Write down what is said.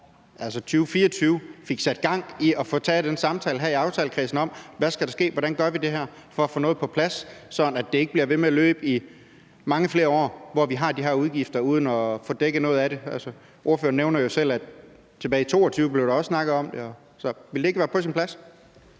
altså i 2024, fik sat gang i at få taget den samtale i aftalekredsen om, hvad der skal ske, og hvordan vi gør det her, for at få noget på plads, sådan at det ikke bliver ved med at løbe i mange flere år, hvor vi har de her udgifter og uden at få dækket noget af det? Ordføreren nævner jo også selv, at der tilbage i 2022 også blev snakket om det. Så ville det ikke være på sin plads?